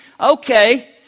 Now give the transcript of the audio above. Okay